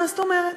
מה זאת אומרת.